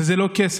וזה לא כסף,